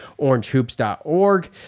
orangehoops.org